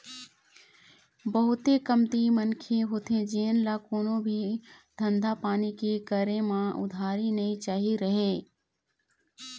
बहुते कमती मनखे होथे जेन ल कोनो भी धंधा पानी के करे म उधारी नइ चाही रहय